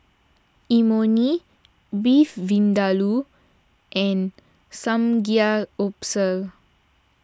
Imoni Beef Vindaloo and Samgyeopsal